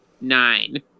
nine